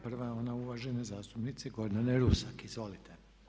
Prva je ona uvažene zastupnice Gordane Rusak, izvolite.